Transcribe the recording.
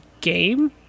game